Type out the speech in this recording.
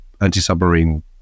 anti-submarine